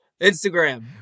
instagram